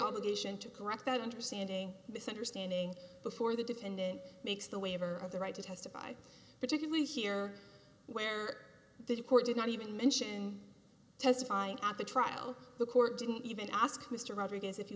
obligation to correct that understanding misunderstanding before the defendant makes the waiver of the right to testify particularly here where the court did not even mention testifying at the trial the court didn't even ask mr rodriguez if you